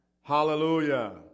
Hallelujah